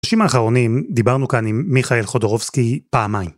בחודשים האחרונים, דיברנו כאן עם מיכאל חודרובסקי פעמיים.